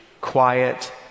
quiet